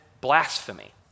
blasphemy